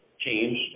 change